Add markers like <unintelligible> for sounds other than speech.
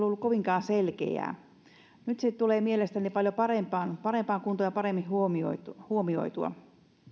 <unintelligible> ollut kovinkaan selkeää nyt se tulee mielestäni paljon parempaan parempaan kuntoon ja paremmin huomioitua huomioitua